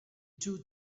two